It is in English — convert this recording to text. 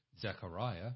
Zechariah